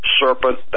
serpent